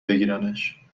بگیرنش